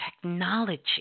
technology